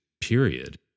period